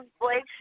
Blake